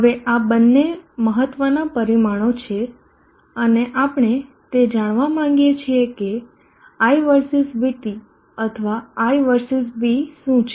હવે આ બંને મહત્વના પરિમાણો છે અને આપણે તે જાણવા માગીએ છીએ કે i versus V T અથવા i versus V શું છે